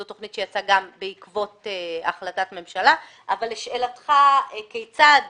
זו תוכנית שיצאה בעקבות החלטת ממשלה אבל לשאלתך כיצד